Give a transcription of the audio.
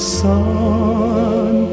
sun